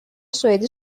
سوئدی